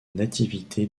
nativité